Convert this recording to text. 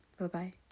Bye-bye